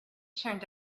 turned